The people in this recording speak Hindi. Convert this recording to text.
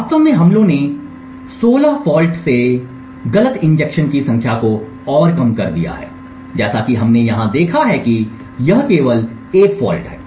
वास्तव में हमलों ने 16 फॉल्ट से झूठे इंजेक्शन की संख्या को और कम कर दिया है जैसा कि हमने यहां देखा है कि यह केवल एक फॉल्ट है